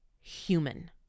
human